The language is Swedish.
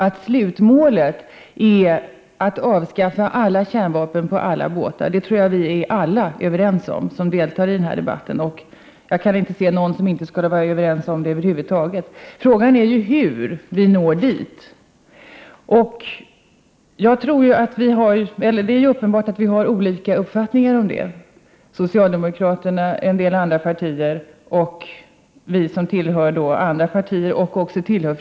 Att slutmålet är att avskaffa alla kärnvapen på alla båtar är vi alla överens om som deltar i denna debatt. Jag kan inte se någon som inte skulle vara med på det. Frågan är hur vi når dit. Det är uppenbart att vi har olika uppfattningar om detta inom och mellan de olika partierna och inom fredsrörelsen, som många av oss också tillhör.